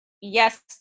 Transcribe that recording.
yes